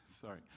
sorry